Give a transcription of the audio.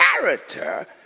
character